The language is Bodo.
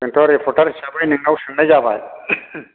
नोंथ' रिपर्टार हिसाबै नोंनाव सोंनाय जाबाय